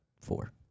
four